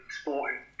sporting